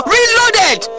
Reloaded